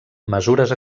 mesures